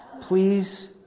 Please